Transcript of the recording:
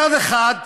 מצד אחד,